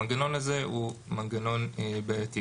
המנגנון הזה הוא מנגנון בעייתי.